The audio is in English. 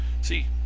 See